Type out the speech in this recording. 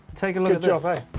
take a look at yeah